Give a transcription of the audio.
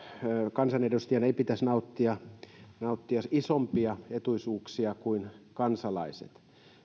kansanedustajana ei pitäisi nauttia nauttia isompia etuisuuksia kuin kansalaiset